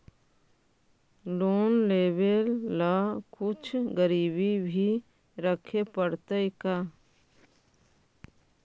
Loan लेबे ल कुछ गिरबी भी रखे पड़तै का?